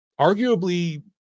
arguably